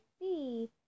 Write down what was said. see